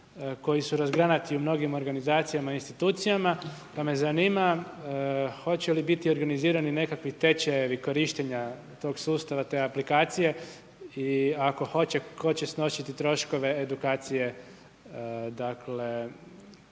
koji su razgranati u mnogim organizacijama, institucijama. Pa me zanima, hoće li biti organizirani nekakvi tečajevi korištenja tog sustava, te aplikacije i ako hoće, tko će snositi troškove edukacije dakle,